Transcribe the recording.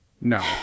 No